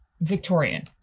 victorian